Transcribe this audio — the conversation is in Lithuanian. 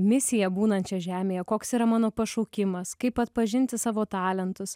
misija būnant šioj žemėje koks yra mano pašaukimas kaip atpažinti savo talentus